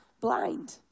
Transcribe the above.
blind